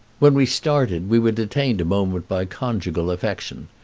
when we started we were detained a moment by conjugal affection.